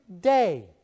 day